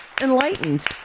enlightened